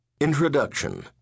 Introduction